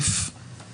דבר ראשון,